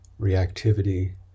reactivity